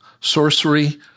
sorcery